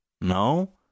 No